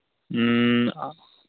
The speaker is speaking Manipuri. ꯎꯝ ꯑꯥ